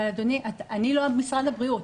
אבל אדוני, אני לא משרד הבריאות.